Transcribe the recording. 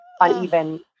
uneven